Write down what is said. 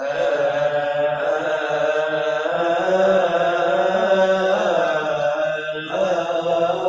a